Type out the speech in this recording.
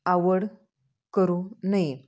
आवड करू नये